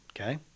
Okay